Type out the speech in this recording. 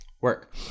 work